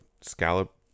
scallop